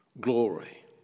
glory